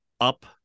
up